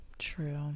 True